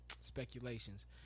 Speculations